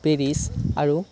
Paris আৰু